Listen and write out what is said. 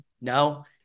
No